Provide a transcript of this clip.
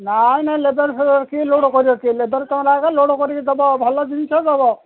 ନାଇଁ ନାଇଁ ଲେବର ଫେବର କିଏ ଲୋଡ଼ କରିବ କିଏ ଲେବର ଟଙ୍କଣକ ଲୋଡ଼ କରିକି ଦେବ ଭଲ ଜିନିଷ ଦେବ